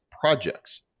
projects